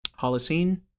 Holocene